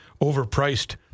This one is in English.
overpriced